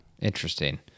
Interesting